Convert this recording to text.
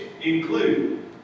include